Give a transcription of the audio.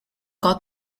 got